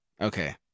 Okay